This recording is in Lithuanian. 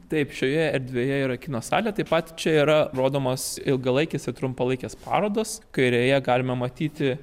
taip šioje erdvėje yra kino salė taip pat čia yra rodomos ilgalaikės trumpalaikės parodos kairėje galima matyti